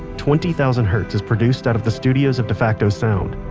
twenty thousand hertz is produced out of the studios of defacto sound,